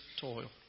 toil